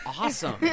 awesome